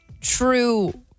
true